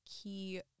key